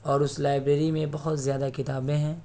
اور اس لائبریری میں بہت زیادہ کتابیں ہیں